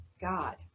God